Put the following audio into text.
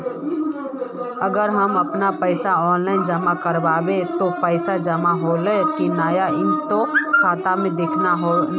अगर हम अपन पैसा ऑफलाइन जमा करबे ते पैसा जमा होले की नय इ ते खाता में दिखते ने?